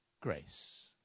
grace